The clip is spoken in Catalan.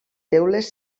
teules